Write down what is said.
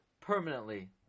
permanently